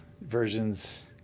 versions